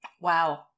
wow